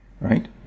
right